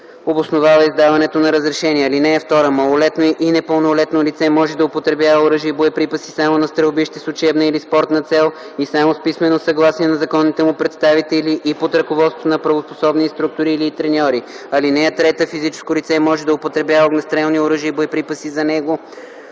обосновава издаването на разрешение. (2) Малолетно и непълнолетно лице може да употребява оръжия и боеприпаси само на стрелбище с учебна или спортна цел и само с писмено съгласие на законните му представители и под ръководството на правоспособни инструктори или треньори. (3) Физическо лице може да употребява огнестрелно оръжие и боеприпаси за него